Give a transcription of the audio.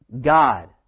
God